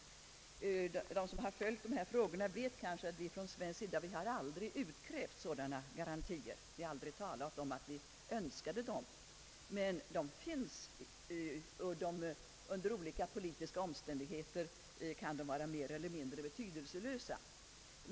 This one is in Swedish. De som följt dessa frågor vet kanske att vi från svensk sida aldrig har utkrävt sådana garantier och aldrig ens sagt att vi önskat dem. Men de finns, och under olika politiska omständigheter kan de vara mer eller mindre betydelsefulla.